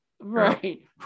right